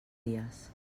dies